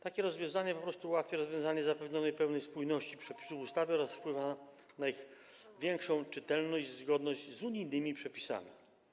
Takie rozwiązanie po prostu ułatwia zapewnienie pełnej spójności przepisów ustawy oraz wpływa na ich większą czytelność i zgodność z unijnymi przepisami.